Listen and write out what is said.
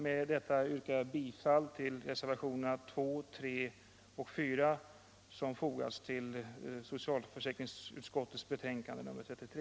Med detta yrkar jag bifall till reservationerna 2, 3 och 4 som fogats till socialförsäkringsutskottets betänkande nr 33.